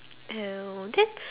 oh then